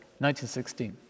1916